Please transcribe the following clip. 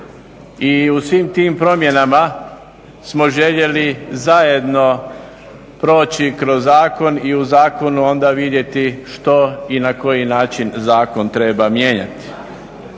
I u svim tim promjenama smo željeli zajedno proći kroz zakon i u zakonu onda vidjeti što i na koji način zakon treba mijenjati.